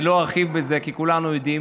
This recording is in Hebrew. לא ארחיב בזה, כי כולנו יודעים.